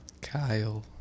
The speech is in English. Kyle